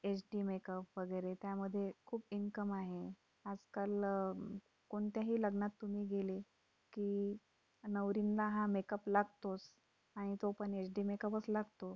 H D makeup वगैरे त्यामध्ये खूप इन्कम आहे आजकाल कोणत्याही लग्नात तुम्ही गेले की नवरींना हा मेकअप लागतोस आणि तोपण एच डी मेकअपच लागतो